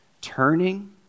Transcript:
turning